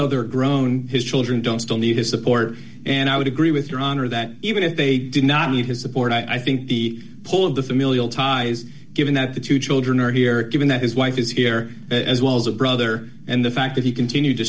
though they're grown his children don't still need his support and i would agree with your honor that even if they did not need his support i think the pull of the familial ties given that the two children are here given that his wife is here as well as a brother and the fact that he continue to